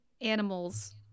animals